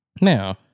Now